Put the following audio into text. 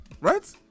right